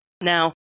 Now